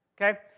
Okay